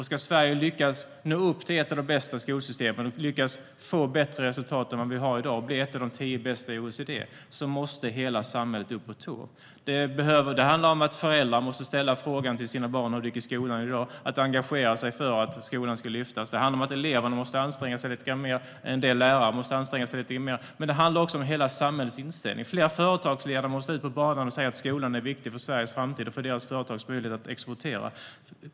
Ska Sverige lyckas nå upp till att ha ett av de bästa skolsystemen, lyckas få bättre resultat än i dag och bli ett av de tio bästa länderna i OECD, måste hela samhället upp på tå. Det handlar om att föräldrar måste fråga sina barn hur det har gått i skolan i dag, om att man ska engagera sig för att skolan ska lyftas. Det handlar om att eleverna måste anstränga sig lite mer och att en del lärare måste anstränga sig lite mer. Men det handlar också om hela samhällets inställning. Fler företagsledare måste ut på banan och säga att skolan är viktig för Sveriges framtid och för deras företags möjligheter att exportera.